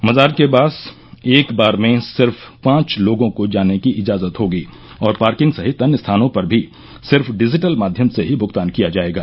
मजार के पास एक बार में सिर्फ पांच लोगों को जाने की इजाजत होगी और पार्किंग सहित अन्य स्थानों पर भी सिर्फ डिजिटल माध्यम से ही भुगतान किया जाएगा